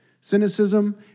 cynicism